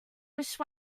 wish